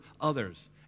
others